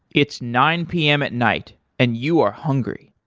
it's nine p m. at night and you are hungry.